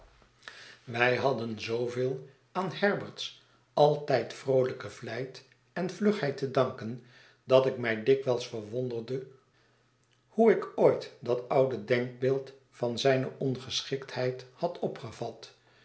wij hadden zooveel aan herbert's altijd vroolijke vlijt en vlugheid te danken dat ik mij dikwijls verwonderde hoe ik ooit dat oude denkbeeld van zijne ongeschiktheid had opgevat